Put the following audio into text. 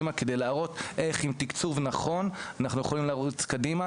כדי להראות איך עם תקצוב נכון אנחנו יכולים לרוץ קדימה